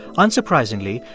unsurprisingly,